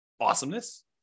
Awesomeness